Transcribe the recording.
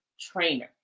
trainer